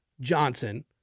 Johnson